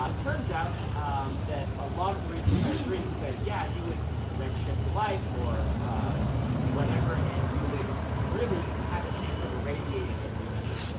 turns out that a lot of the research i was reading said, yeah, you would red shift the light or whatever, and you would really have a chance of irradiating everybody